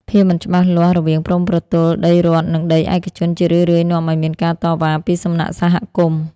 ភាពមិនច្បាស់លាស់រវាងព្រំប្រទល់ដីរដ្ឋ និងដីឯកជន ជារឿយៗនាំឱ្យមានការតវ៉ាពីសំណាក់សហគមន៍។